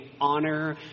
honor